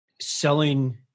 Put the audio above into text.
selling